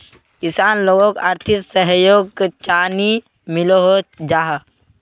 किसान लोगोक आर्थिक सहयोग चाँ नी मिलोहो जाहा?